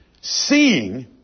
seeing